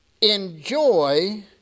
enjoy